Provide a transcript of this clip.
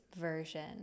version